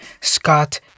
Scott